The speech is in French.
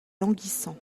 languissant